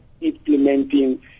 implementing